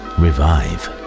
revive